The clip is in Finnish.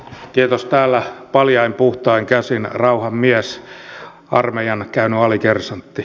täällä paljain puhtain käsin rauhan mies armeijan käynyt alikersantti